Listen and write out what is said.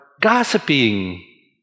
gossiping